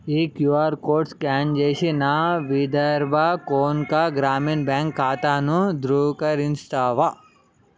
ఈ QR code scan చేసి నా విదర్భ కొంక గ్రామీణ బ్యాంక్ ఖాతాను ధృవీకరిస్తావా